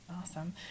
Awesome